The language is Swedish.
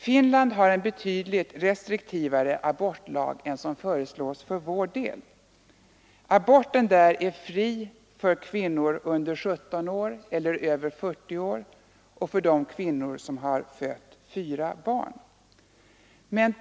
Finland har en betydligt restriktivare abortlag än den som föreslås för vår del. Aborten där är fri för kvinnor under 17 år eller över 40 år och för de kvinnor som har fött fyra barn.